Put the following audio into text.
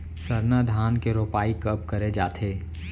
सरना धान के रोपाई कब करे जाथे?